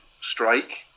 strike